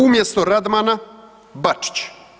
Umjesto Radmana Bačić.